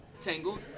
Tangled